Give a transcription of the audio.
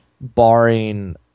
barring